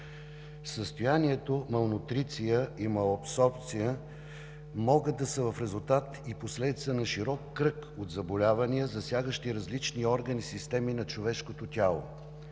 състоянията малнутриция и малабсорбция могат да са в резултат и последица на широк кръг от заболявания, засягащи различни органи и системи на човешкото тяло.